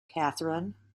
catherine